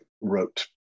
wrote